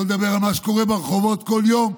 לא נדבר על מה שקורה ברחובות כל יום,